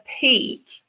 peak